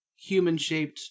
human-shaped